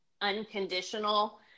unconditional